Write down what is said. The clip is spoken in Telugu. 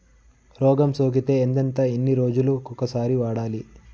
రోగం సోకితే ఎంతెంత ఎన్ని రోజులు కొక సారి వాడాలి?